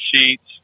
sheets